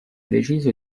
deciso